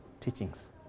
teachings